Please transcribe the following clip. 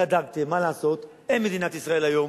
צדקתם, מה לעשות, אין מדינת ישראל היום.